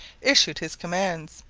issued his commands,